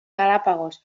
galápagos